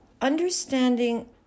understanding